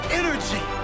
energy